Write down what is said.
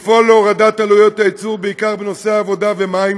לפעול להורדת עלויות הייצור בעיקר בנושא עבודה ומים,